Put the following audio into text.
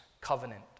covenant